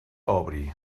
obri